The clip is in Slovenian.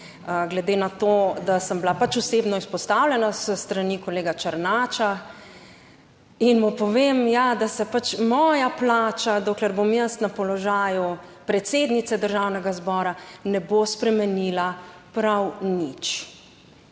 Glede na to, da sem bila pač osebno izpostavljena s strani kolega Černača in mu povem, ja, da se pač moja plača, dokler bom jaz na položaju predsednice Državnega zbora, ne bo spremenila prav nič.